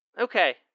Okay